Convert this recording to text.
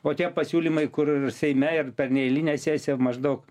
o tie pasiūlymai kur seime ir per neeilinę sesiją maždaug